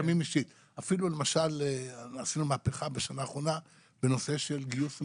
אפילו למשל עשינו מהפכה בשנה האחרונה בנושא של גיוס ומיון.